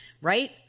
right